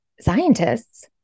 scientists